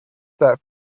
that